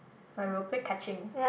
like we will play catching